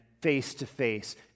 face-to-face